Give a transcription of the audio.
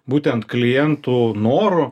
būtent klientų noru